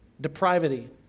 depravity